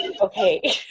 okay